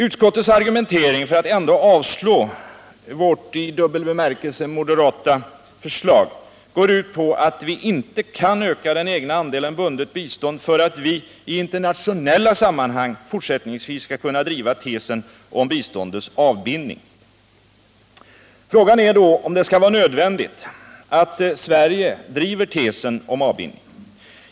Utskottets argumentering för att ändå avstyrka vårt i dubbel bemärkelse moderata förslag går ut på att vi inte kan öka den egna andelen bundet bistånd för att vi i internationella sammanhang fortsättningsvis skall kunna driva tesen om biståndets avbindning. Frågan är då om det skall vara nödvändigt att Sverige driver tesen om avbindning.